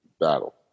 battle